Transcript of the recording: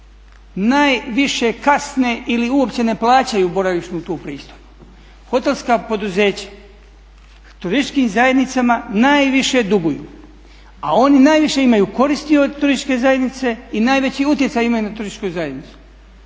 najviše kasne ili uopće ne plaćaju tu boravišnu pristojbu. Hotelska poduzeća turističkim zajednicama najviše duguju, a oni najviše imaju koristi od turističke zajednice i najveći utjecaj imaju na turističku zajednicu,